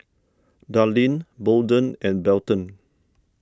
Darline Bolden and Belton